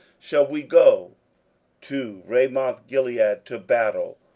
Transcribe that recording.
shall we go to ramothgilead to battle,